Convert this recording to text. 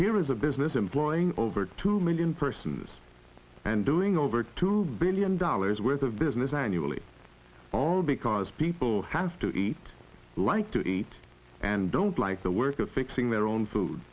here is a business employing over two million persons and doing over two billion dollars worth of business annually all because people have to eat like to eat and don't like the work of fixing their own food